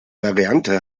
variante